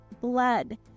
blood